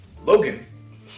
Logan